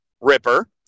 Ripper